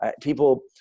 people